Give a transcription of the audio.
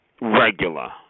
regular